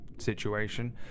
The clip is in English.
situation